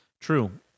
true